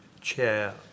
chair